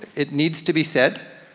it needs to be said,